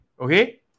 Okay